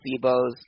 placebos